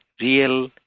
real